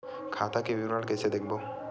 खाता के विवरण कइसे देखबो?